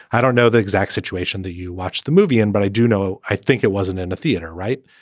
i don't know the exact situation that you watched the movie in, but i do know i think it wasn't in a theater, right?